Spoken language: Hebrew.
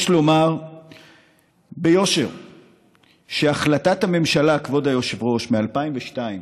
יש לומר ביושר שהחלטת הממשלה מ-2002,